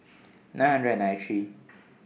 nine hundred and ninety three